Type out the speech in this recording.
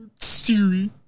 Siri